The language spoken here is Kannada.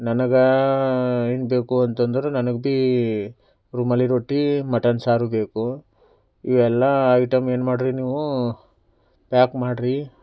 ನನಗೆ ಏನು ಬೇಕು ಅಂತಂದ್ರೆ ನನಗ ಬೀ ರುಮಾಲಿ ರೋಟಿ ಮಟನ್ ಸಾರು ಬೇಕು ಈ ಎಲ್ಲ ಐಟಮ್ ಏನು ಮಾಡ್ರಿ ನೀವು ಪ್ಯಾಕ್ ಮಾಡ್ರಿ